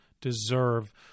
deserve